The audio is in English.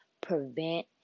prevent